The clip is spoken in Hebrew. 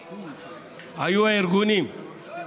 לא נכון,